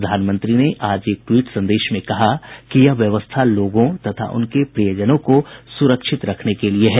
प्रधानमंत्री ने आज एक ट्वीट संदेश में कहा कि यह व्यवस्था लोगों तथा उनके प्रियजनों को सुरक्षित रखने के लिए है